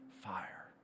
fire